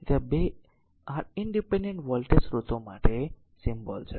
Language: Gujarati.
તેથી આ 2 r ઇનડીપેન્ડેન્ટ વોલ્ટેજ સ્ત્રોતો માટે સિમ્બોલ છે